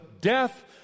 death